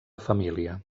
família